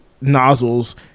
nozzles